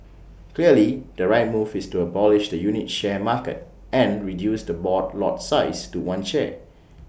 clearly the right move is to abolish the unit share market and reduce the board lot size to one share